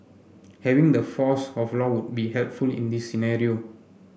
having the force of law would be helpful in this scenario